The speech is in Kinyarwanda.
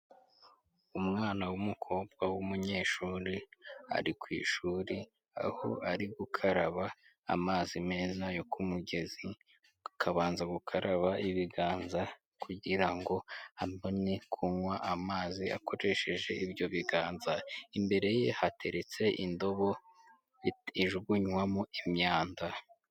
Umwana w'umukobwa w'umunyeshuri ari ku ishuri, aho ari gukaraba amazi meza yo ku mugezi, akabanza gukaraba ibiganza kugira ngo abone kunywa amazi akoresheje ibyo biganza, imbere ye hateretse indobo ijugunywamo imyanda.